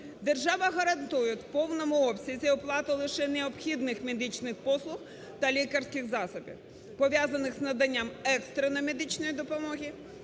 Держава гарантує в повному обсязі оплату лише необхідних медичних послуг та лікарських засобів, пов'язаних з наданням екстреної медичної допомоги,